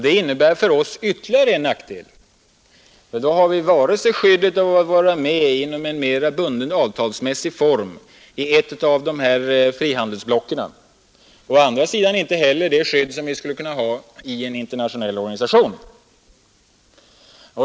Det innebär ytterligare en nackdel för oss, ty då har vi varken skyddet att vara med i en mer bunden, avtalsmässig form i ett av dessa frihandelsblock eller det skydd som vi skulle kunna ha i en internationell organisation.